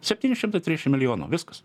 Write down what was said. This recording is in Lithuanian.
septynis šimtus trišim milijonų viskas